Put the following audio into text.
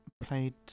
played